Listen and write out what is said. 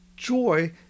Joy